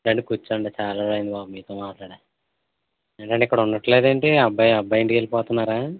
రండి కూర్చోండి చాల రోజులు అయిందండి బాబు మీతో మాట్లాడి ఏంటండీ ఇక్కడ ఉండట్లేదు ఏంటి అబ్బాయి అబ్బాయి ఇంటికి వెళ్ళిపోతున్నారా